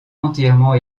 entièrement